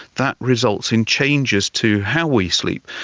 that results in changes to how we sleep.